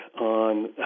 on